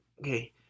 Okay